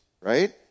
right